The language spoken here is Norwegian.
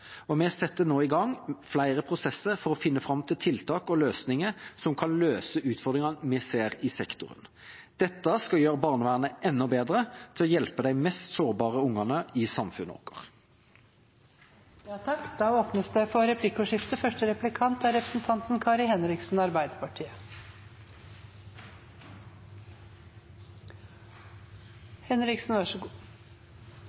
og vi setter nå i gang flere prosesser for å finne fram til tiltak og løsninger som kan løse utfordringene vi ser i sektoren. Dette skal gjøre barnevernet enda bedre til å hjelpe de mest sårbare ungene i samfunnet vårt. Det blir replikkordskifte. Takk for innlegget til statsråden. Jeg merker meg at statsråden er